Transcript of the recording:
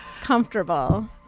comfortable